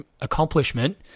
accomplishment